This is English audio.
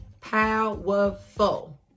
Powerful